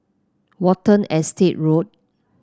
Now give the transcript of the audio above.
Watten Estate Road